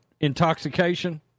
intoxication